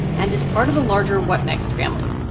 and this part of a larger what next family.